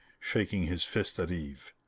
shaking his fist at eve.